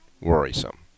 worrisome